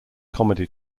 comedy